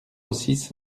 six